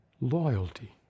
loyalty